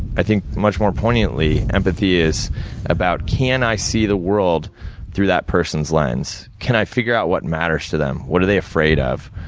i think much more poignantly, empathy is about, can i see the world through that person's lens? can i figure out what matters to them? what are they afraid of,